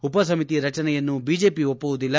ಉಪ ಸಮಿತಿ ರಚನೆಯನ್ನು ಬಿಜೆಪ ಒಪ್ಪುವುದಿಲ್ಲ